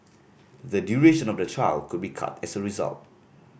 the duration of the trial could be cut as a result